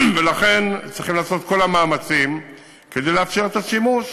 ולכן צריך לעשות את כל המאמצים כדי לאפשר את השימוש.